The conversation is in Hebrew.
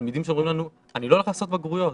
תלמידים שאומרים לנו: אני לא הולך לעשות בגרויות,